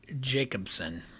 Jacobson